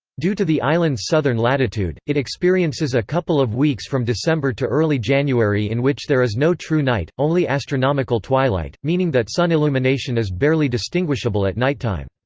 due to the island's southern latitude, it experiences a couple of weeks from december to early january in which there is no true night, only astronomical twilight, meaning that sun illumination is barely distinguishable at nighttime.